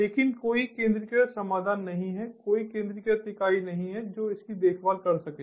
लेकिन कोई केंद्रीकृत समाधान नहीं है कोई केंद्रीकृत इकाई नहीं है जो इसकी देखभाल कर सके